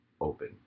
open